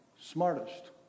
smartest